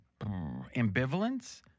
ambivalence